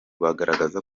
bagaragaza